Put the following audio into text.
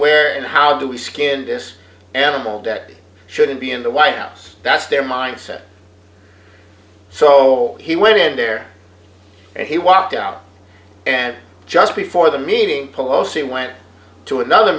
where and how do we skin this animal debt shouldn't be in the white house that's their mindset so he went in there and he walked out and just before the meeting palosi went to another